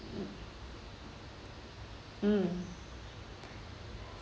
mm